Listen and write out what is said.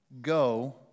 go